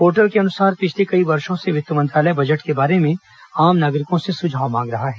portal के अनुसार पिछले कई वर्षो से वित्त मंत्रालय बजट के बारे में नागरिकों से सुझाव मांग रहा है